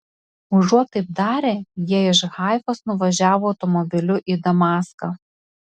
užuot taip darę jie iš haifos nuvažiavo automobiliu į damaską